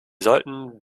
sollten